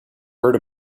heard